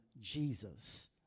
Jesus